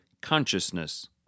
consciousness